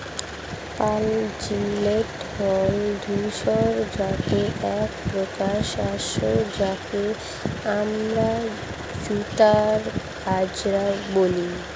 pearl millet হল ধূসর জাতীয় একপ্রকার শস্য যাকে আমরা মুক্তা বাজরা বলি